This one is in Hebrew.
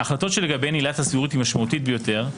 ההחלטות שלגביהן עילת הסבירות היא משמעותית ביותר,